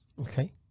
okay